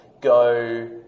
go